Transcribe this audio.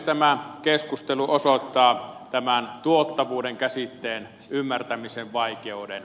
tämä keskustelu osoittaa tuottavuuden käsitteen ymmärtämisen vaikeuden